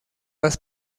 las